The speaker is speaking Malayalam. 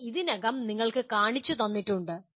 ഇത് ഇതിനകം നിങ്ങൾക്ക് കാണിച്ചുതന്നിട്ടുണ്ട്